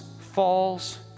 falls